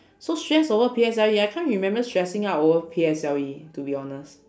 so stress over P_S_L_E I can't remember stressing out over P_S_L_E to be honest